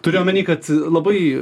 turiu omeny kad labai